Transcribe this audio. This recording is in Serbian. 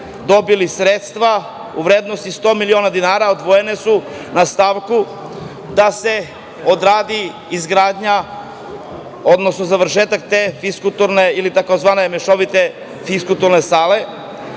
dobili sredstva u vrednosti 100 miliona dinara, odvojene su na stavku da se odradi završetak te fiskulturne ili tzv. mešovite fiskulturne sale,